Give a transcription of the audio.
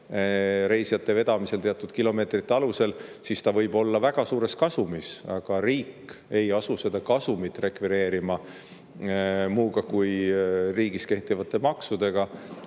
reisijate vedamisel teatud kilomeetrite alusel, siis ta võib olla väga suures kasumis, aga riik ei asu seda kasumit rekvireerima muuga kui riigis kehtivate maksudega,